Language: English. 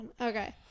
Okay